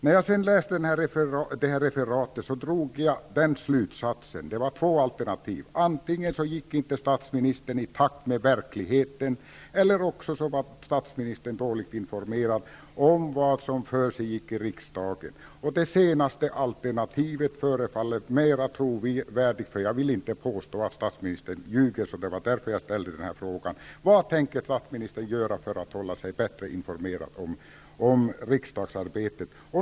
När jag sedan läste referatet drog jag den slutsatsen att det fanns två alternativ; antingen gick statsministern inte i takt med verkligheten, eller också var han dåligt informerad om vad som försiggick i riksdagen. Det senaste alternativet förefaller mera trovärdigt, då jag inte vill påstå att statsministern ljuger. Därför ställde jag frågan. Vad tänker statsministern göra för att hålla sig bättre informerad om riksdagsarbetet?